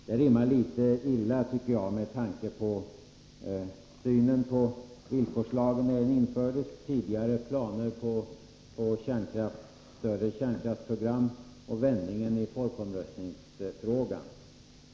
Det rimmar litet illa, tycker jag, med tanke på synen på villkorslagen när den infördes, tidigare planer på större kärnkraftsprogram och vändningen i folkomröstningsfrågan.